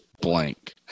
blank